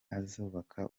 azubaka